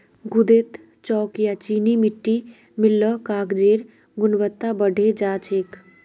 गूदेत चॉक या चीनी मिट्टी मिल ल कागजेर गुणवत्ता बढ़े जा छेक